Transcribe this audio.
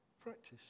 Practice